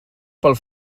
pel